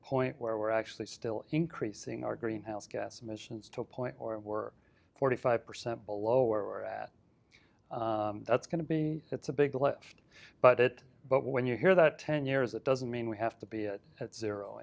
point where we're actually still increasing our greenhouse gas emissions to a point or we're forty five percent below where we're at that's going to be it's a big lift but it but when you hear that ten years it doesn't mean we have to be it at zero